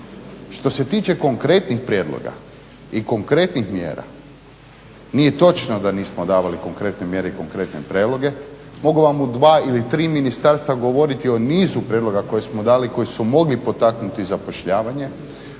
Što se tiče konkretnih prijedloga i konkretnih mjera, nije točno da nismo davali konkretne mjere i konkretne prijedloge. Mogu vam u dva ili tri ministarstva govoriti o nizu prijedloga koje smo dali koji su mogli potaknuti zapošljavanje,